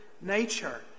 nature